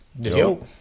yo